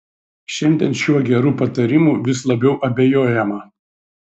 šiandien šiuo geru patarimu vis labiau abejojama